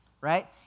right